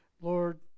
Lord